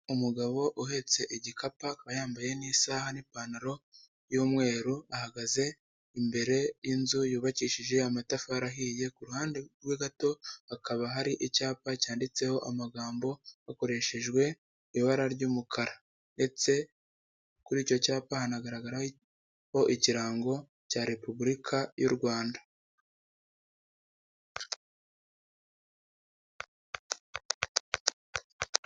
Umugabo uhetse igikapu akaba yambaye n'isaha n'ipantaro y'umweru ahagaze imbere y'inzu yubakishije amatafari ahiye ku ruhande rwe gato hakaba hari icyapa cyanditseho amagambo hakoreshejwe ibara ry'umukara ndetse kuri icyo cyapa hanagaragaraho ikirango cya repubulika y'u Rwanda.